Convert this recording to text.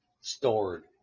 stored